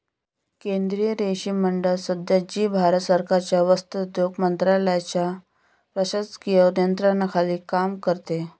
केंद्रीय रेशीम मंडळ संस्था, जी भारत सरकार वस्त्रोद्योग मंत्रालयाच्या प्रशासकीय नियंत्रणाखाली काम करते